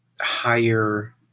higher